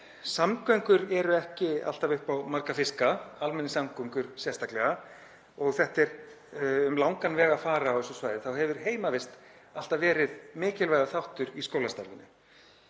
samgöngur eru ekki alltaf upp á marga fiska, almenningssamgöngur sérstaklega, og það er um langan veg að fara á þessu svæði hefur heimavist alltaf verið mikilvægur þáttur í skólastarfinu.